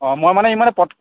অ মই মানে ইমান পত